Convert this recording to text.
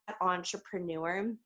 entrepreneur